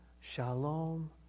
shalom